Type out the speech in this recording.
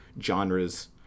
genres